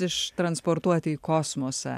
ištransportuot į kosmosą